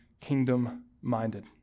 kingdom-minded